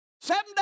Seven